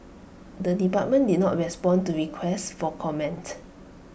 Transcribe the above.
the department did not respond to requests for comment